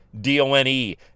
D-O-N-E